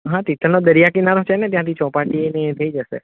હાં તીથલનો દરિયાકિનારો છે ને ત્યાંથી ચોપાટી એ ને એ થઈ જશે